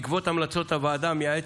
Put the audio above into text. בעקבות המלצות הוועדה המייעצת,